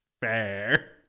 fair